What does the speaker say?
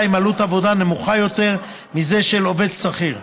בעלות עבודה נמוכה יותר מזו של עובד שכיר.